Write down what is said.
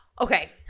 Okay